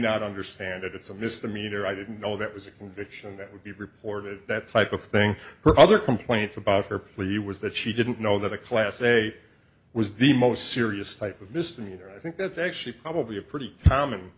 not understand that it's a misdemeanor i didn't know that was a conviction that would be reported that type of thing or other complaints about her plea was that she didn't know that a class a was the most serious type of misdemeanor i think that's actually probably a pretty common